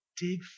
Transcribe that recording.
dig